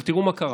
תראו מה קרה.